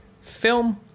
...film